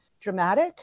dramatic